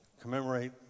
commemorate